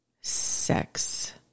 sex